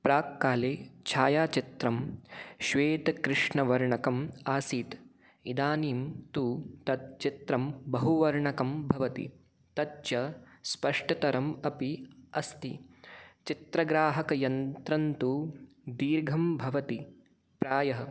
प्राक्काले छायाचित्रं श्वेतकृष्णवर्णकम् आसीत् इदानीं तु तत् चित्रं बहुवर्णकं भवति तच्च स्पष्टतरम् अपि अस्ति चित्रग्राहकयन्त्रन्तु दीर्घं भवति प्रायः